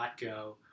go